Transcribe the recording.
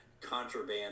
contraband